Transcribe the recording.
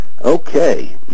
Okay